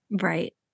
Right